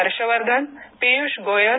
Harshvardhan Piyush Goyal